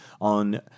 on